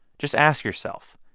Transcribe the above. just ask yourself,